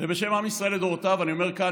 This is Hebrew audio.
ובשם עם ישראל לדורותיו אני אומר כאן,